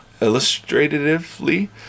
illustratively